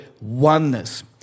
oneness